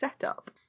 setup